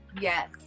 Yes